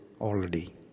already